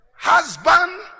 Husband